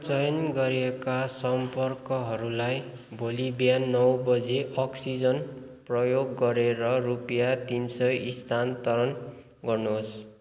चयन गरिएका सम्पर्कहरूलाई भोलि बिहान नौ बजे अक्सिजन प्रयोग गरेर रुपियाँ तिन सय स्थानान्तरण गर्नुहोस्